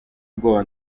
ubwoba